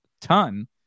ton